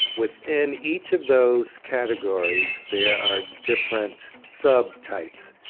within each of those categories, there are different subtypes.